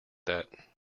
that